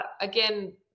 again